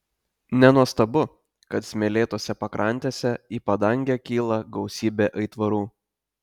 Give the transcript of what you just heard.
nenuostabu kad smėlėtose pakrantėse į padangę kyla gausybė aitvarų